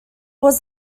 was